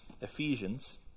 Ephesians